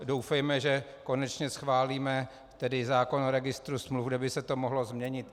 Doufejme, že konečně schválíme zákon o registru smluv, kde by se to mohlo změnit.